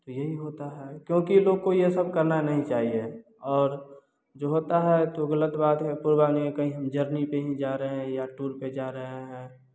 यही होता है क्योंकि लोग को यह सब करना नहीं चाहिए और जो होता है तो गलत बात है जर्नी पर ही जा रहे हैं या टूर पर जा रहे हैं